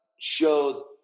show